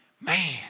man